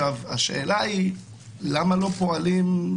השאלה היא למה לא פועלים,